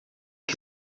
que